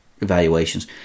evaluations